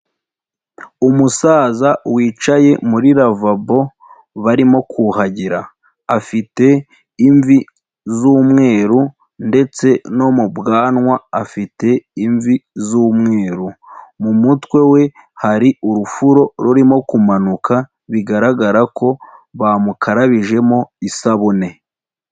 Umusaza wicaye muri ravabo barimo kuhagira, afite imvi z'umweru ndetse no mu bwanwa afite imvi z'umweru, mumutwe we hari urufuro rurimo kumanuka bigaragara ko bamukarabijemo isabune.